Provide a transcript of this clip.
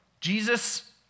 Jesus